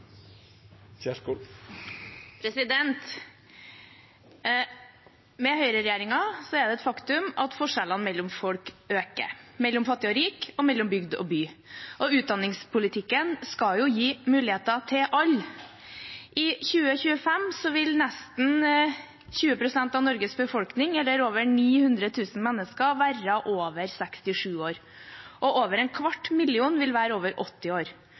Med høyreregjeringen er det et faktum at forskjellene mellom folk øker – mellom fattig og rik og mellom bygd og by – og utdanningspolitikken skal jo gi muligheter til alle. I 2025 vil nesten 20 pst. av Norges befolkning, eller over 900 000 mennesker, være over 67 år, og over en kvart million vil være over 80 år.